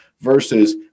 versus